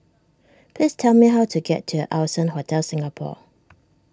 please tell me how to get to Allson Hotel Singapore